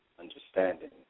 understanding